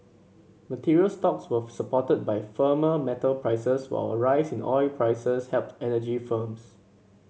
materials stocks were supported by firmer metal prices while a rise in oil prices helped energy firms